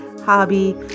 hobby